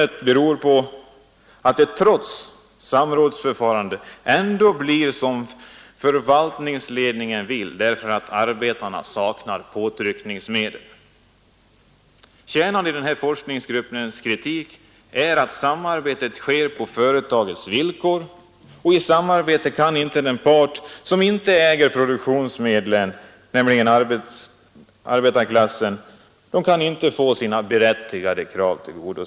Produktivitet fastslogs av referensgruppen som en grundläggande målsättning med följande motiveringar: Det allt överskuggande kravet på företaget är nämligen ökad produktivitet. Ökad produktivitet är ej en demokratiseringsmålsättning men den är ett huvudkrav på företaget.